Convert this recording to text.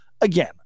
again